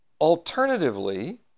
Alternatively